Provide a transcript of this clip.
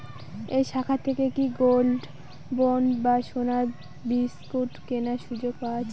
এই শাখা থেকে কি গোল্ডবন্ড বা সোনার বিসকুট কেনার সুযোগ আছে?